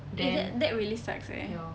eh that that really suck eh